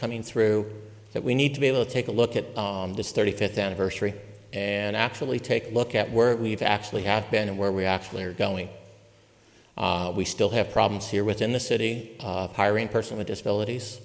coming through that we need to be able to take a look at this thirty fifth anniversary and actually take a look at where we've actually had been and where we actually are going we still have problems here within the city hiring person with disabilities